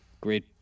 Great